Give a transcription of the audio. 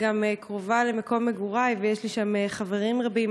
שגם קרובה למקום מגורי ויש לי שם חברים רבים,